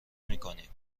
میکنیم